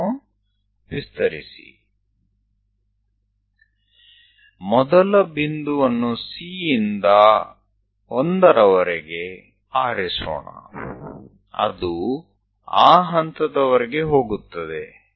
ચાલો પહેલું બિંદુ આપણે C થી 1 લઈએ તે પૂરી રીતે આ બિંદુ સુધી જાય છે